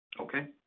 Okay